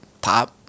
Pop